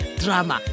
drama